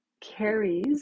carries